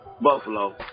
Buffalo